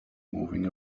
moving